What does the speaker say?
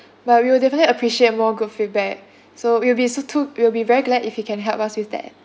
but we will definitely appreciate more good feedback so it will be s~ to~ it will be very glad if he can help us with that